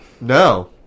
no